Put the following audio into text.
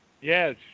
Yes